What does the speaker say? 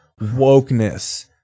wokeness